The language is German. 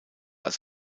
als